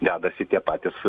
vedasi tie patys